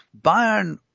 Bayern